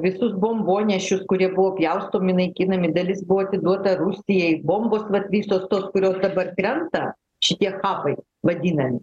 visus bombonešius kurie buvo pjaustomi naikinami dalis buvo atiduota rusijai bombos vat visos tos kurios dabar krenta šitie chapai vadinami